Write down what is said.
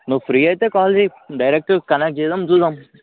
నువ్వు ఫ్రీ అయితే కాల్ చేయి డైరెక్ట్ కనెక్ట్ చేయడం చూద్దాం